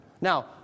Now